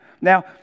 Now